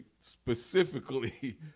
specifically